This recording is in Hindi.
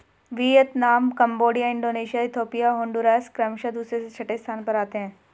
Vietnam Cambodia Indonesia Ethiopia Honduras क्रमशः दूसरे से छठे स्थान पर आते हैं